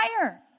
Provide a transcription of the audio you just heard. fire